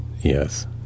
Yes